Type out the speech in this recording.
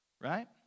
Right